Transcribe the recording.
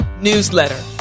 newsletter